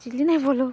ᱪᱤᱞᱤᱱᱟᱭ ᱵᱚᱞᱚᱣ ᱠᱟᱹᱫᱤᱧᱟ